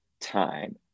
time